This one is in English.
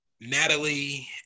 natalie